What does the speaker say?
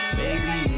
baby